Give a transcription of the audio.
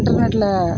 இன்டர்நெட்டில்